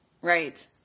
Right